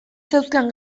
zeuzkan